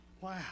Wow